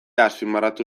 azpimarratu